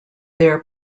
their